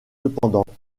cependant